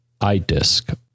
iDisk